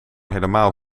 helemaal